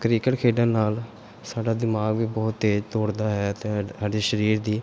cricket ਖੇਡਣ ਨਾਲ ਸਾਡਾ ਦਿਮਾਗ ਵੀ ਬਹੁਤ ਤੇਜ਼ ਦੌੜਦਾ ਹੈ ਅਤੇ ਹਾ ਸਾਡੇ ਸਰੀਰ ਦੀ